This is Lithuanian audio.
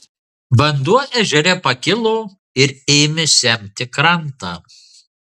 vanduo ežere pakilo ir ėmė semti krantą